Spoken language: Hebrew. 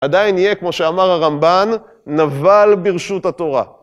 עדיין יהיה, כמו שאמר הרמב"ן, נבל ברשות התורה.